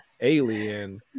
alien